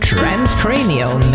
Transcranial